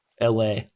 LA